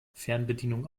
fernbedienung